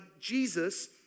Jesus